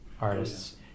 artists